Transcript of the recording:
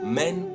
men